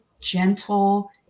gentle